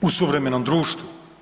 u suvremenom društvu.